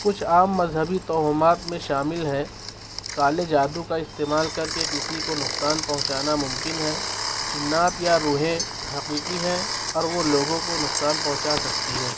کچھ عام مذہبی توہمات میں شامل ہیں کالے جادو کا استعمال کر کے کسی کو نقصان پہنچانا ممکن ہے جنات یا روحیں حقیقی ہیں اور وہ لوگوں کو نقصان پہنچا سکتی ہیں